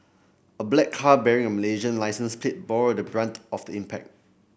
a black car bearing a Malaysian licence plate bore the brunt of the impact